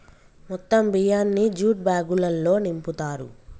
మొత్తం బియ్యాన్ని జ్యూట్ బ్యాగులల్లో నింపుతారు